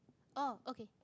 oh okay